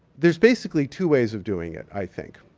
there's basically two ways of doing it, i think.